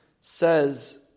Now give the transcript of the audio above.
says